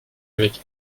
avec